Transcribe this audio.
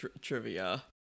trivia